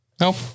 Nope